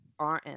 RM